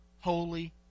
holy